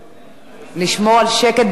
לשמור על שקט במליאה,